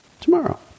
Tomorrow